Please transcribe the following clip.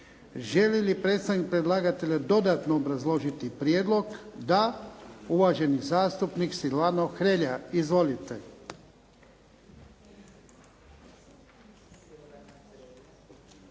Želi li predstavnik predlagatelja dodatno obrazložit prijedlog? Da. Uvaženi zastupnik Silvano Hrelja. Izvolite.